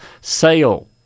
sale